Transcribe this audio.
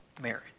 marriage